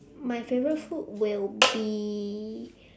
my favourite food will be